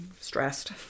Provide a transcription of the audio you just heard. stressed